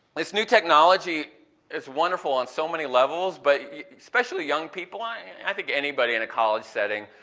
this new technology is wonderful on so many levels but especially young people, and i think anybody in a college setting,